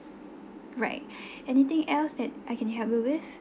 right anything else that I can help you with